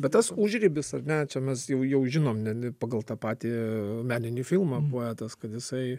bet tas užribis ar ne čia mes jau jau žinom ne pagal tą patį meninį filmą poetas kad jisai